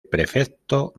prefecto